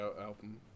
album